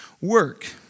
work